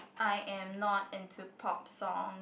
I am not into pop songs